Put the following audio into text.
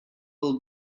will